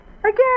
Again